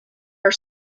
are